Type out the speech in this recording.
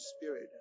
Spirit